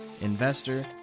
investor